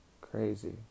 Crazy